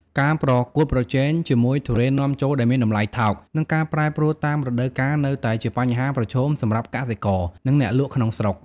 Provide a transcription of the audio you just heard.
ការប្រកួតប្រជែងជាមួយទុរេននាំចូលដែលមានតម្លៃថោក និងការប្រែប្រួលតម្លៃតាមរដូវកាលនៅតែជាបញ្ហាប្រឈមសម្រាប់កសិករ និងអ្នកលក់ក្នុងស្រុក។